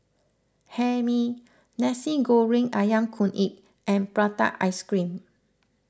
Hae Mee Nasi Goreng Ayam Kunyit and Prata Ice Cream